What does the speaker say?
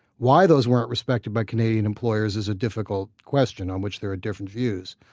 why those weren't respected by canadian employers is a difficult question on which there are different views.